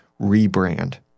rebrand